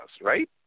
right